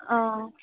অঁ